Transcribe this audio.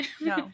no